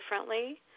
differently